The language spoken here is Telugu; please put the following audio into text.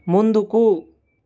ముందుకు